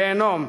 גיהינום,